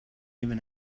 even